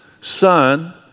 Son